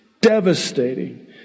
devastating